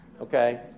okay